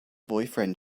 boyfriend